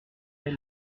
pour